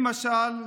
למשל,